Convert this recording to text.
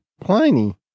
Pliny